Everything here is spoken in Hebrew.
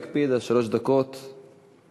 להקפיד על שלוש דקות בנאום.